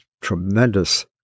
tremendous